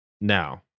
now